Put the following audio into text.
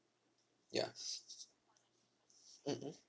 ya mm mm